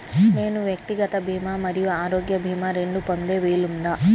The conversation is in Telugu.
నేను వ్యక్తిగత భీమా మరియు ఆరోగ్య భీమా రెండు పొందే వీలుందా?